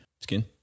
skin